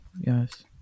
yes